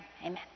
amen